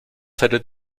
hättet